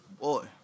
Boy